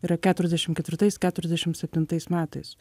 yra keturiasdešimt ketvirtais keturiasdešimt septintais metais